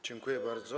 Dziękuję bardzo.